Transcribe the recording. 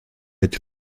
эти